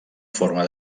forma